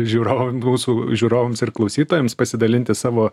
žiūrovam mūsų žiūrovams ir klausytojams pasidalinti savo